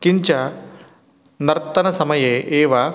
किञ्च नर्तनसमये एव